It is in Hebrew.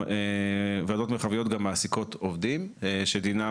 ועדות מרחביות גם מעסיקות עובדים שדינם